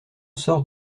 sort